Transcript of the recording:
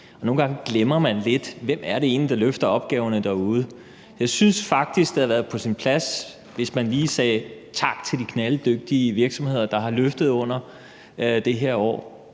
nogle gange glemmer man lidt, hvem det egentlig er, der løfter opgaverne derude. Jeg synes faktisk, det havde været på sin plads, hvis man lige sagde tak til de knalddygtige virksomheder, der har løftet i løbet af det her år,